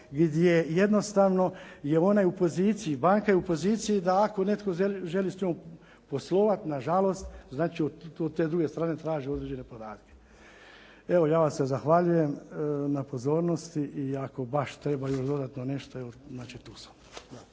gdje jednostavno je onaj u poziciji, banka je u poziciji da ako netko želi s njom poslovati nažalost od te druge strane traži određene podatke. Evo, ja vam se zahvaljujem na pozornosti. I ako baš treba dodatno nešto, tu sam.